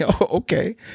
okay